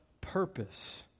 purpose